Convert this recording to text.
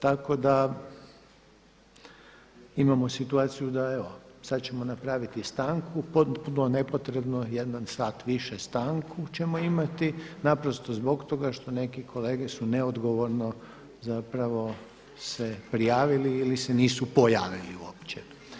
Tako da imamo situaciju da evo, sad ćemo napraviti stanku potpuno nepotrebno jer sat više stanku ćemo imati, naprosto zbog toga što neki kolege su neodgovorno zapravo se prijavili ili se nisu pojavili uopće.